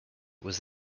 was